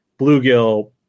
bluegill